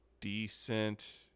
decent